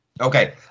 Okay